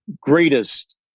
greatest